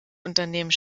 unternehmen